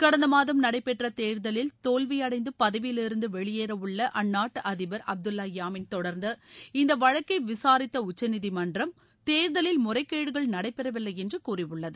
கடந்த மாதம் நடைபெற்ற தேர்தலில் தோல்வியடைந்து பதவியிலிருந்து வெளியேறவுள்ள அற்நாட்டு அதிபர் அப்துல்லா யாமின் தொடர்ந்த இந்த வழக்கை விசாரித்த உச்சநீதிமன்றம் தேர்தலில் முறைகேடுகள் நடைபெறவில்லை என்று கூறியுள்ளது